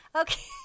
okay